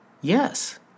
Yes